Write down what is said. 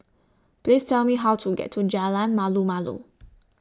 Please Tell Me How to get to Jalan Malu Malu